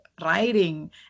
writing